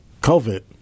COVID